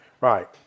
Right